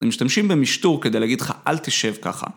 הם משתמשים במשטור כדי להגיד לך, אל תשב ככה.